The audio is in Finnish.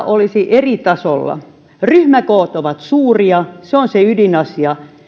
olisi eri tasolla ryhmäkoot ovat suuria se on se ydinasia